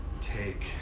take